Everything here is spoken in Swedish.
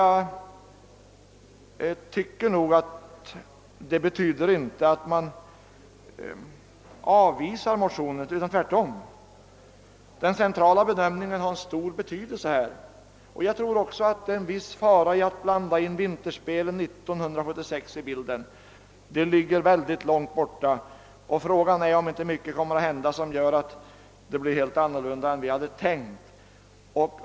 Det betyder inte att man avvisar motionens krav — tvärtom. Den centrala bedömningen har stor betydelse i detta sammanhang. Det är vidare en viss fara i att blanda in de olympiska vinterspelen 1976 i bilden. De ligger mycket långt fram i tiden och mycket kan hända, som gör att förhållandena blir andra än vad vi tänkt oss.